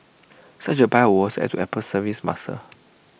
such A buy would add to Apple's services muscle